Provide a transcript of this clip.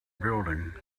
building